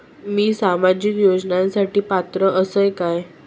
मी सामाजिक योजनांसाठी पात्र असय काय?